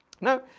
Now